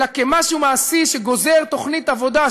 אלא כמשהו מעשי שגוזר תוכנית עבודה,